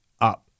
up